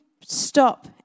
stop